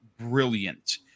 brilliant